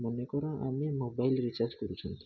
ମନେକର ଆମେ mobile recharge କରୁଛନ୍ତି